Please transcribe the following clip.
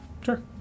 Sure